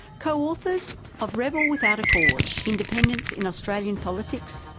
co-authors of rebel without a cause independents in australian politics,